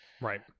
Right